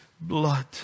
blood